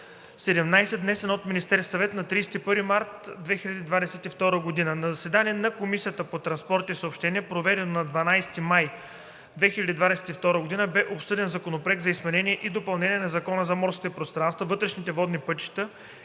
внесен от Министерския съвет на 31 март 2022 г. На заседание на Комисията по транспорт и съобщения, проведено на 12 май 2022 г., бе обсъден Законопроект за изменение и допълнение на 3акона за морските пространства, вътрешните водни пътища